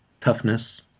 toughness